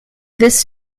this